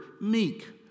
meek